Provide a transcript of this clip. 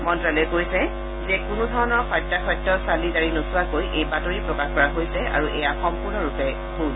মন্তালয়ে কৈছে যে কোনোধৰণৰ সত্যাসত্য চালি জাৰি নোচোৱাকৈ এই বাতৰি প্ৰকাশ কৰা হৈছে আৰু এয়া সম্পূৰ্ণৰূপে ভূল